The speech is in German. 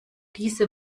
diese